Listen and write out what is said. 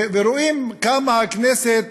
ורואים כמה הכנסת,